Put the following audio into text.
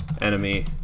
enemy